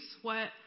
sweat